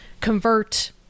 convert